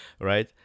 right